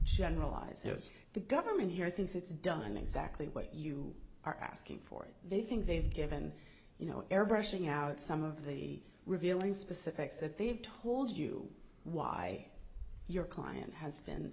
generalise here is the government here thinks it's done exactly what you are asking for it they think they've given you know airbrushing out some of the revealing specifics that they've told you why your client has been